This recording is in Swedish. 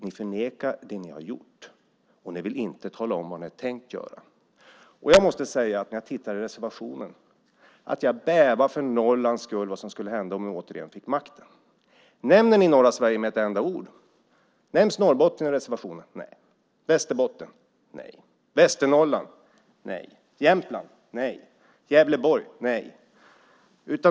Ni förnekar det ni har gjort, och ni vill inte tala om vad ni har tänkt göra. Jag måste säga att när jag tittar i reservationen bävar jag för Norrlands skull för vad som skulle hända om ni återigen fick makten. Nämner ni norra Sverige med ett enda ord? Nämns Norrbotten i reservationen? Nej. Västerbotten? Nej. Västernorrland? Nej. Jämtland? Nej. Gävleborg? Nej.